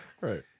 Right